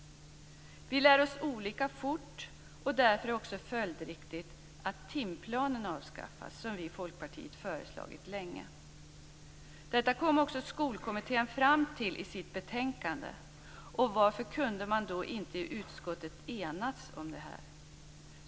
Vi lär oss olika fort. Därför är det följdriktigt att timplanen avskaffas, något som vi i Folkpartiet länge har föreslagit. Detta kom också Skolkommittén fram till i sitt betänkande. Varför kunde man då inte ha enats om detta i utskottet?